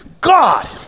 god